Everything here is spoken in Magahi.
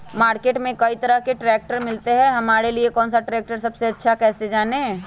मार्केट में कई तरह के ट्रैक्टर मिलते हैं हमारे लिए कौन सा ट्रैक्टर सबसे अच्छा है कैसे जाने?